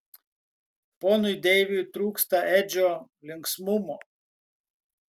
ponui deiviui trūksta edžio linksmumo